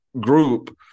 group